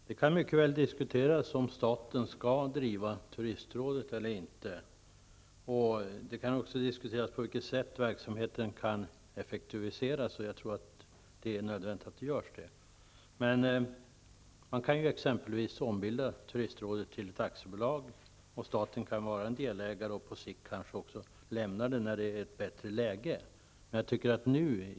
Fru talman! Det kan mycket väl diskuteras om staten skall driva turistrådet eller inte. Man kan också diskutera på vilket sätt verksamheten kan effektiviseras. Jag tror också att det är nödvändigt med en effektivisering. Man kan exempelvis ombilda turistrådet till ett aktiebolag, varvid staten kan vara delägare och kanske också på sikt lämna det hela när läget blivit bättre.